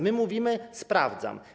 My mówimy: sprawdzam.